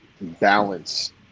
balance